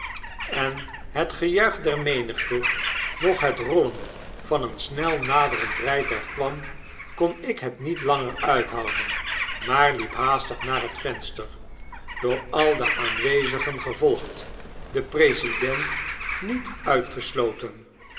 en het gejuich dermenigte nog het rollen van een snel naderend rytuig kwam kon ik het niet langer uithouden maar liep haastig naar het venster door al de aanwezigen gevolgd den president niet uitgesloten